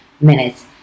minutes